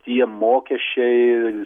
tie mokesčiai